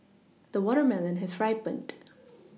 the watermelon has ripened